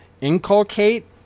inculcate